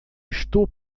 estou